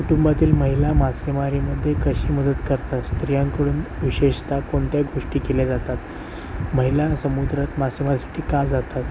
कुटुंबातील महिला मासेमारीमध्ये कशी मदत करतात स्त्रियांकडून विशेषतः कोणत्या गोष्टी केल्या जातात महिला समुद्रात मासेमारीसाठी का जातात